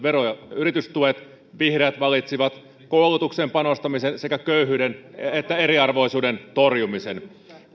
vero ja yritystuet vihreät valitsivat koulutukseen panostamisen sekä köyhyyden ja eriarvoisuuden torjumisen